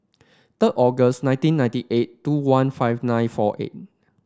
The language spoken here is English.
third August nineteen ninety eight two one five nine four eight